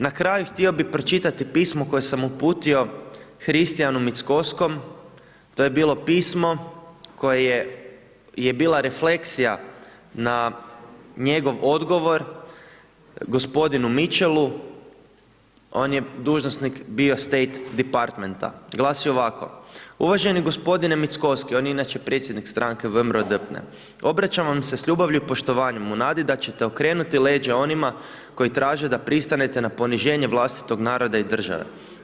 Na kraju htio bih pročitati pismo koje sam uputi Hristijanu Mickoskom, to je bilo pismo koje je bila refleksija na njegov odgovor, gospodinu Mitchell, on je dužnosnik bio State Departmenta, glasi ovako: Uvaženi gospodine Mickoski, on je inače predsjednik stranke VMRO DPMNE, obraćam vam se sa ljubavlju i poštovanjem u nadi da ćete okrenuti leđa onima koji traže da pristanete na poniženje vlastitog naroda i države.